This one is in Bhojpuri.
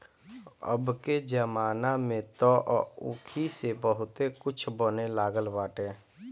अबके जमाना में तअ ऊखी से बहुते कुछ बने लागल बाटे